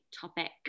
topic